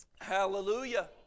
Hallelujah